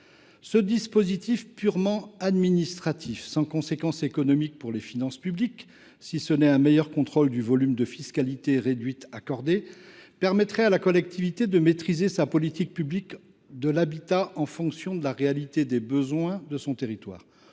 Ce dispositif purement administratif, sans conséquence économique pour les finances publiques – si ce n’est un meilleur contrôle du niveau de fiscalité réduite accordé –, permettrait à la collectivité de maîtriser sa politique publique de l’habitat en fonction de la réalité des besoins de son territoire.